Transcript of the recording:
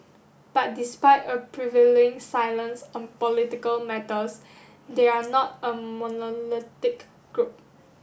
but despite a prevailing silence on political matters they are not a monolithic group